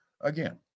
again